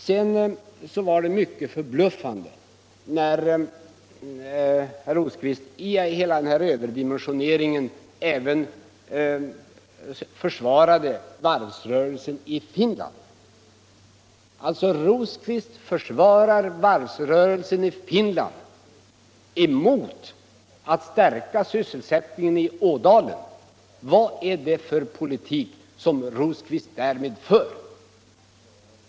Vidare blev jag ganska förbluffad när herr Rosqvist i sin överdimenstonering av tingen även försvarade varvsrörelsen i Finland. Herr Rosqvist försvarar varvsrörelsen i Finland mot ett stärkande av svsselsättningen i Ådalen. Vad är det för politik som herr Rosqvist därmed för?